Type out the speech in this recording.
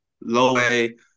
low-A